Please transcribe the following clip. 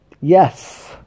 Yes